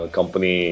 company